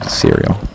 cereal